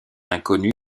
inconnu